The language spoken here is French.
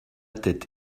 tête